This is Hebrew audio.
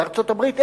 בארצות-הברית,